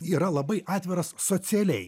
yra labai atviras socialiai